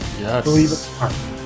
Yes